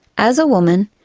as a woman,